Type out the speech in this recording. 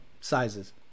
sizes